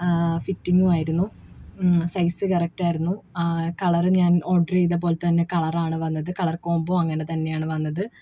ഫിറ്റിങ്ങുമായിരുന്നു size കറക്റ്റായിരുന്നു colour ഞാൻ order ചെയ്തപോലെ തന്നെ കളറാണ് വന്നത് കളർ കോംബോ അങ്ങനെ തന്നെയാണ് വന്നത്